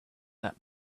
that